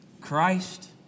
Christ